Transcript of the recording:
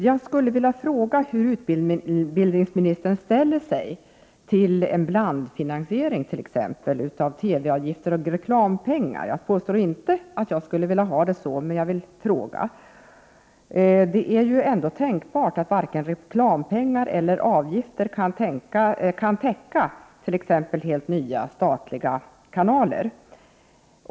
Jag skulle vilja fråga hur utbildningsministern ställer sig till exempelvis en blandfinansiering med TV-avgifter och reklampengar. Jag säger inte att jag skulle vilja ha det ordnat så, men jag vill fråga. Det är ändå tänkbart att varken reklampengar eller avgifter kan täcka t.ex. helt nya statliga kanaler.